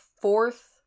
fourth